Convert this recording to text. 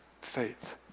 faith